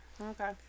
Okay